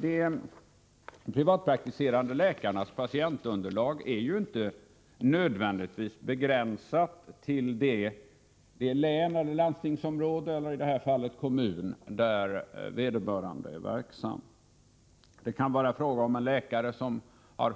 De privatpraktiserande läkarnas patientunderlag är inte nödvändigtvis begränsat till det län eller — som i detta fall — den kommun där vederbörande är verksam. Det kan vara fråga om en läkare som